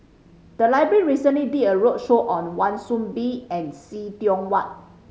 the library recently did a roadshow on Wan Soon Bee and See Tiong Wah